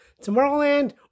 Tomorrowland